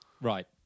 Right